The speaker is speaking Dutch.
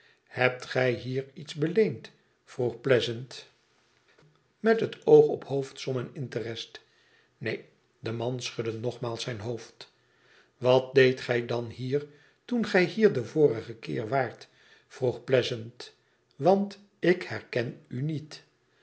hebt gij hier iets beleend vroeg pleasant met het oog op hoofdsom en interest neen de man schudde nogmaals zijn hoofd wat deedt gij dan hier toen gij hier den vorigen keer waart vroeg pleasant t want ik herken u niet